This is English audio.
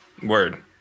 Word